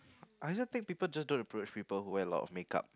I also think people just don't approach people who wear a lot of makeup